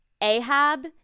Ahab